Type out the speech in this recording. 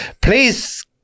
please